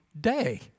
day